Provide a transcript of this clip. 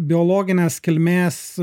biologinės kilmės